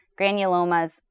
granulomas